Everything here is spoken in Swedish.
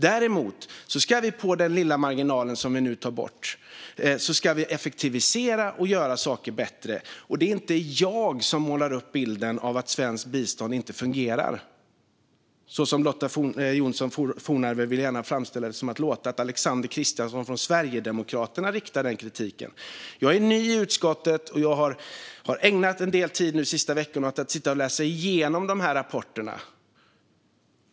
Däremot ska vi på den lilla marginalen där vi drar ned effektivisera och göra saker bättre. Det är inte jag som målar upp bilden av att svenskt bistånd inte fungerar. Lotta Johnsson Fornarve vill gärna framställa det som att det är Alexander Christiansson från Sverigedemokraterna som riktar denna kritik. Jag är ny i utskottet, och jag har ägnat en del tid de senaste veckorna åt att sitta och läsa igenom dessa rapporter.